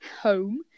home